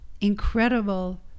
incredible